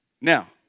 Now